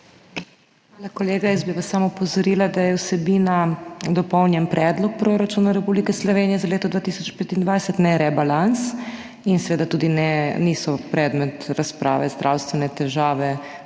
Hvala. Kolega, jaz bi vas samo opozorila, da je vsebina Dopolnjen predlog proračuna Republike Slovenije za leto 2025, ne rebalans, seveda tudi niso predmet razprave zdravstvene težave